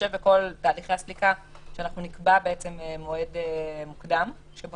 שבהתחשב בכל תהליכי הסליקה שנקבע מועד מוקדם שבו